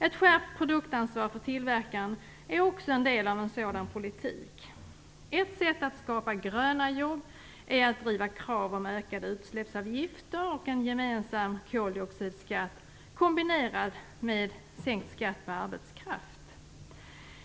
Ett skärpt produktansvar för tillverkaren är också en del av en sådan politik. Ett sätt att skapa gröna jobb är att driva krav på ökade utsläppsavgifter och en gemensam koldioxidskatt kombinerat med sänkt skatt på arbetskraft.